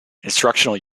instructional